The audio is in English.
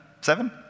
Seven